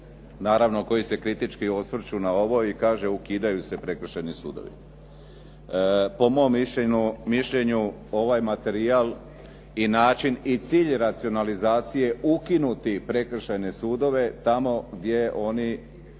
naravno koji se kritički osvrću na ovo i kažu ukidaju se prekršajni sudovi? Po mom mišljenju ovaj materijal i način i cilj racionalizacije ukinuti prekršajne sudove tamo gdje oni